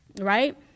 Right